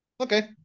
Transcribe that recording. Okay